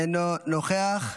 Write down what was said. אינו נוכח.